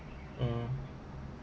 mm